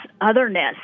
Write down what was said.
otherness